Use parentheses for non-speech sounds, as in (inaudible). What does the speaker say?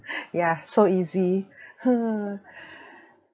yeah so easy (laughs)